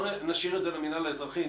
נשאיר את זה למינהל האזרחי,